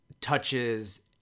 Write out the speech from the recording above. touches